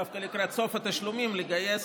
דווקא לקראת סוף התשלומים לגייס